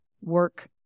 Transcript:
work